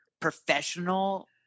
professional